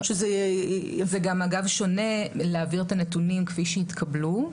וזה גם אגב שונה להעביר את הנתונים כפי שהתקבלו,